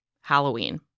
Halloween